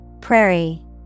Prairie